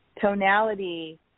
Tonality